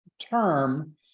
term